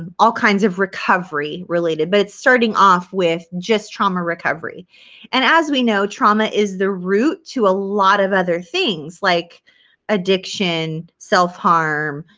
um all kinds of recovery related but it's starting off with just trauma recovery and as we know, trauma is the root to a lot of other things like addiction, self-harm,